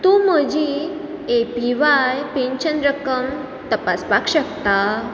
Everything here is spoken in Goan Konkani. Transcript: तूं म्हजी एपीव्हाय पेन्शन रक्कम तपासपाक शकता